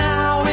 Now